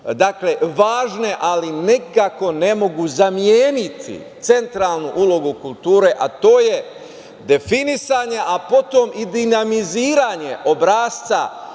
bavimo važne, ali nikako ne mogu zameniti centralnu ulogu kulture, a to je definisanje, a potom i dinamiziranje obrasca,